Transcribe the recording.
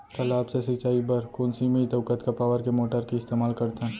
तालाब से सिंचाई बर कोन सीमित अऊ कतका पावर के मोटर के इस्तेमाल करथन?